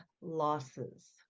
losses